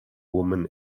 woman